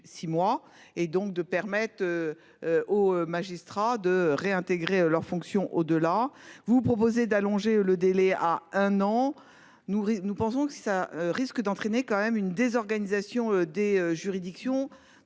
moi et donc de permettre. Aux magistrats de réintégrer leurs fonctions au-delà. Vous proposer d'allonger le délai à un an. Nous, nous pensons que ça risque d'entraîner quand même une désorganisation des juridictions.